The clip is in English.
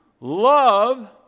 love